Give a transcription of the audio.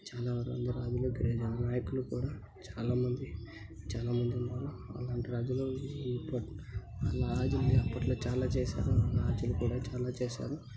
చాలా రెండు రాజులు గిరిజన నాయకులు కూడా చాలా మంది చాలా మందున్నారు అలాంటి రాజులు ఇప్పట్ అలా ఆజుల్లి అప్పట్లో చాలా చేశారు రాజులు కూడా చాలా చేశారు